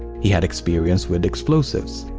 he had experience with explosives.